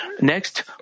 Next